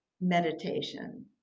meditation